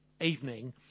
evening